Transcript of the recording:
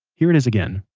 here it is again.